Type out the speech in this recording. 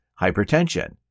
hypertension